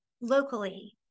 locally